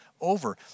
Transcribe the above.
over